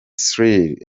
cyril